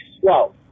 slow